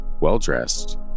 Well-dressed